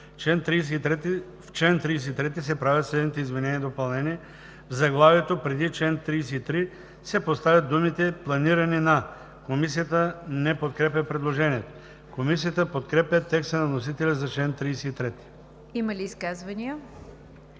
Има ли изказвания?